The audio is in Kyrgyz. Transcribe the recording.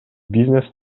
бизнес